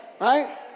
right